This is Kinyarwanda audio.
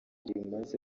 rimaze